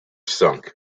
sunk